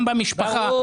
במשפחה,